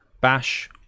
Bash